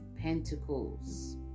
Pentacles